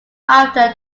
after